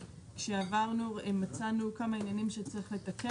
כשעברנו מצאנו כמה עניינים שצריך לתקן.